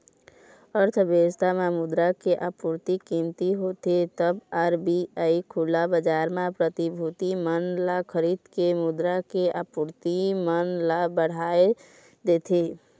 अर्थबेवस्था म मुद्रा के आपूरति कमती होथे तब आर.बी.आई खुला बजार म प्रतिभूति मन ल खरीद के मुद्रा के आपूरति मन ल बढ़ाय देथे